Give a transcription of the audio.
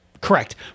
correct